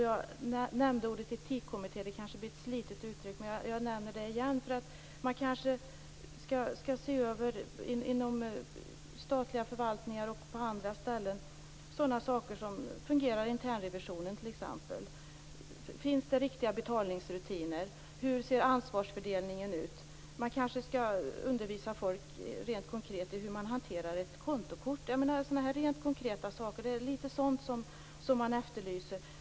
Jag nämnde ordet etikkommitté - det kanske är ett slitet uttryck, men jag nämner det igen. Man kanske inom statliga förvaltningar och på andra ställen skall se över saker som: Fungerar internrevisionen? Finns det riktiga betalningsrutiner? Hur ser ansvarsfördelningen ut? Man kan kanske skall undervisa folk rent konkret i hur man hanterar ett kontokort. Det är litet grand sådana här konkreta saker som man efterlyser.